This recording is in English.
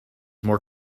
more